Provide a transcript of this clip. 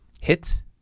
hit